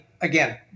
again